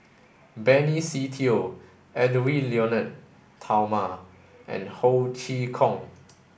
Benny Se Teo Edwy Lyonet Talma and Ho Chee Kong